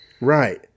Right